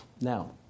Now